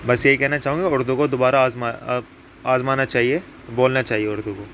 بس یہی کہنا چاہوں گا کہ اردو کو دوبارہ آزمانا چاہیے بولنا چاہیے اردو کو